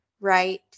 right